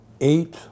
eight